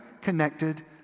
connected